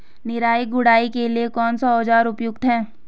निराई गुड़ाई के लिए कौन सा औज़ार उपयुक्त है?